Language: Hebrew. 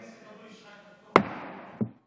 (הישיבה נפסקה בשעה